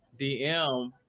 DM